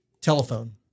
Telephone